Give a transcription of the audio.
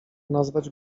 nazwać